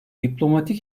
diplomatik